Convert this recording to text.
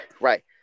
right